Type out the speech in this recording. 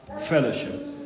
fellowship